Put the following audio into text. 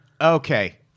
Okay